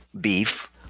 beef